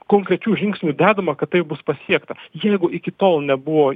konkrečių žingsnių dedama kad tai bus pasiektas jeigu iki tol nebuvo